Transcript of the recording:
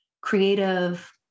creative